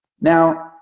Now